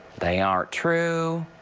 they aren't true.